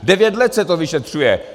Devět let se to vyšetřuje!